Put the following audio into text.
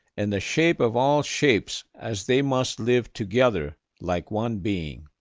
and the shape of all shapes as they must live together like one being.